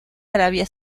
arabia